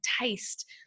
taste